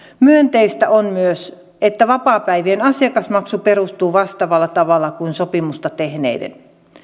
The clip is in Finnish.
myönteistä on myös että vapaapäivien asiakasmaksu perustuu vastaaviin seikkoihin kuin sopimusta tehneiden